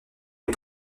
les